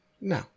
No